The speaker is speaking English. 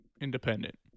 Independent